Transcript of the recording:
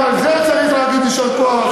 גם על זה צריך להגיד יישר כוח.